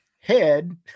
head